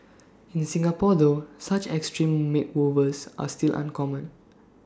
in Singapore though such extreme makeovers are still uncommon